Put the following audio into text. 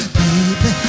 baby